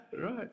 right